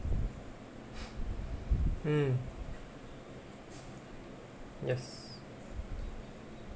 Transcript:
mm yes